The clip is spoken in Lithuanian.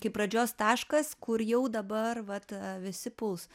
kaip pradžios taškas kur jau dabar vat visi puls